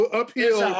uphill